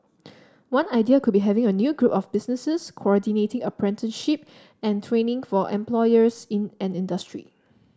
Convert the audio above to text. one idea could be having a new group of businesses coordinating apprenticeship and training for employers in an industry